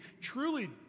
truly